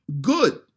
good